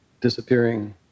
disappearing